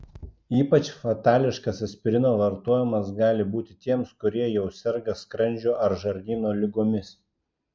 ypač fatališkas aspirino vartojimas gali būti tiems kurie jau serga skrandžio ar žarnyno ligomis